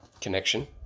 connection